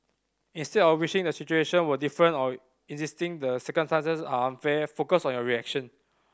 instead of wishing the situation were different or insisting the circumstances are unfair focus on your reaction